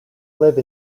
live